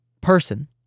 person